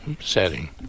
setting